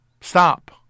Stop